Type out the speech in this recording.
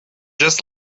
just